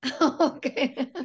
Okay